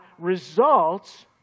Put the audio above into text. results